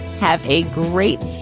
have a great,